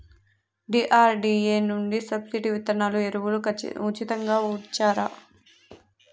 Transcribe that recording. DRDA నుండి subsidy విత్తనాలు ఎరువులు ఉచితంగా ఇచ్చారా?